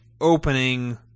opening